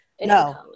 No